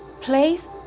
place